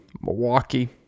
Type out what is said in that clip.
Milwaukee